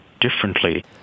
differently